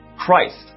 Christ